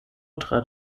trat